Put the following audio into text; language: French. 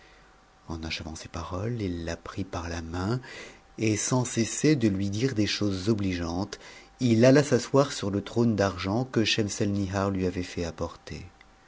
en achevant ces paroles il la prit par la main et sans cesser de lui dire des choses obligeantes il alla s'asseoir sur le trône d'argent que schemselnihar lui avait fait apporter